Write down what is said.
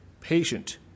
patient